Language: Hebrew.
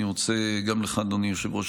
אני רוצה להודות גם לך, אדוני יושב-ראש